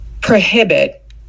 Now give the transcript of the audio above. prohibit